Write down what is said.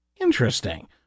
Interesting